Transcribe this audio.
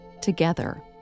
together